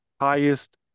highest